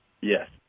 yes